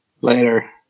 Later